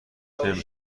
نمی